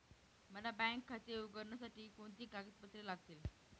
मला बँक खाते उघडण्यासाठी कोणती कागदपत्रे लागतील?